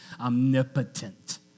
omnipotent